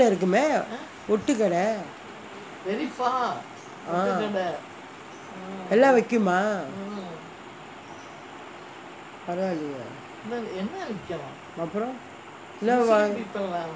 இருக்குமே எல்லாம் விக்குமா பரவாலயே அப்ரோ:irukkumae ellam vikkuma paravalayae apro